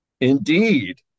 Indeed